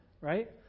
Right